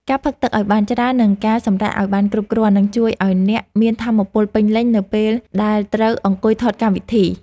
ការផឹកទឹកឱ្យបានច្រើន និងការសម្រាកឱ្យបានគ្រប់គ្រាន់នឹងជួយឱ្យអ្នកមានថាមពលពេញលេញនៅពេលដែលត្រូវអង្គុយថតកម្មវិធី។